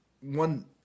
one